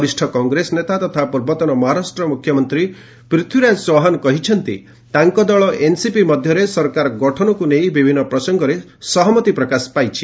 ବରିଷ୍ଠ କଂଗ୍ରେସ ନେତା ତଥା ପୂର୍ବତନ ମହାରାଷ୍ଟ୍ର ମୁଖ୍ୟମନ୍ତ୍ରୀ ପ୍ଚଥୀରାଜ ଚଭନ କହିଛନ୍ତି ତାଙ୍କ ଦଳ ଓ ଏନ୍ସିପି ମଧ୍ୟରେ ସରକାର ଗଠନକୁ ନେଇ ବିଭିନ୍ନ ପ୍ରସଙ୍ଗରେ ସହମତି ପ୍ରକାଶ ପାଇଛି